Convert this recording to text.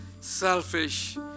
selfish